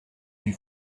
dut